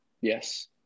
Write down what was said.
Yes